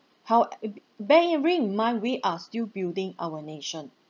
how e~ b~ bearing in mind we are still building our nation